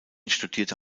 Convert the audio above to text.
studierte